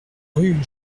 rue